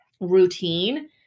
routine